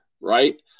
right